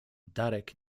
darek